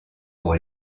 pour